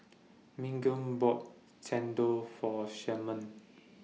Miguel bought Chendol For Sherman